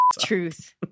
truth